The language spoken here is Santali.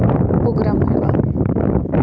ᱯᱨᱳᱜᱨᱟᱢ ᱦᱩᱭᱩᱜᱼᱟ